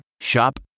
Shop